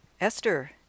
Esther